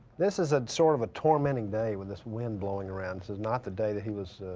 this is. a sort of a tormenting day with this wind-blowing around, this is not the day that he was